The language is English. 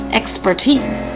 expertise